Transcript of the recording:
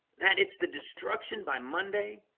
that it's the destruction by monday